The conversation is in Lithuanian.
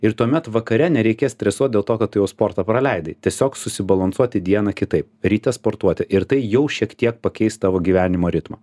ir tuomet vakare nereikės stresuot dėl to kad tu jau sportą praleidai tiesiog susibalansuoti dieną kitaip ryte sportuoti ir tai jau šiek tiek pakeis tavo gyvenimo ritmą